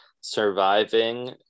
surviving